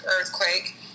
earthquake